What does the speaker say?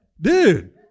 Dude